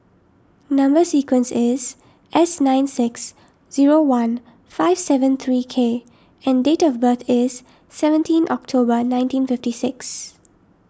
Number Sequence is S nine six zero one five seven three K and date of birth is seventeen October nineteen fifty six